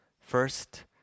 first